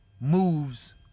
moves